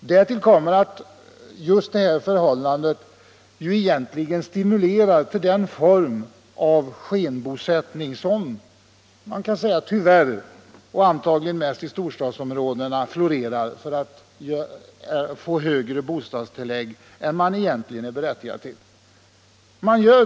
Därtill kommer att det här förhållandet egentligen stimulerar till den form av skenbosättning som tyvärr florerar — antagligen mest i storstäderna — för att man skall få högre bostadstillägg än man egentligen är berättigad till.